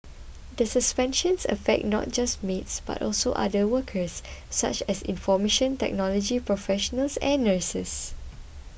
the suspension affects not just maids but also other workers such as information technology professionals and nurses